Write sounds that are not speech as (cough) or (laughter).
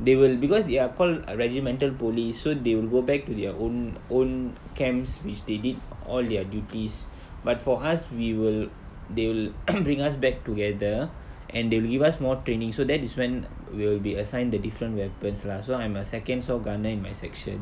they will because they're called ah regimental police so they will go back to their own own camps which they did all their duties but for us we will they'll (noise) bring us back together and they'll give us more training so that is when we'll be assigned the different weapons lah so I'm a second saw gunner in my section